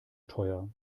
teuer